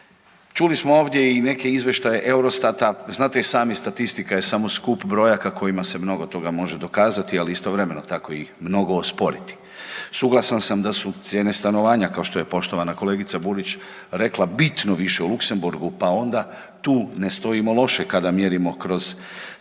Čuli smo ovdje i neke izvještaje Eurostata, znate i sami statistika je samo skup brojaka kojima se mnogo toga može dokazati, ali istovremeno tako i mnogo osporiti. Suglasan sam da su cijene stanovanja kao što je poštovana kolegica Burić rekla bitno više u Luksemburgu pa onda tu ne stojimo loše kada mjerimo kroz stanovanje